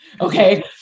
okay